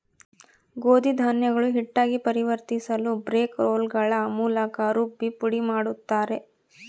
ಗೋಧಿ ಧಾನ್ಯಗಳು ಹಿಟ್ಟಾಗಿ ಪರಿವರ್ತಿಸಲುಬ್ರೇಕ್ ರೋಲ್ಗಳ ಮೂಲಕ ರುಬ್ಬಿ ಪುಡಿಮಾಡುತ್ತಾರೆ